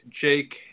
Jake